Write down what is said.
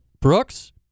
Brooks